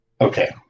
Okay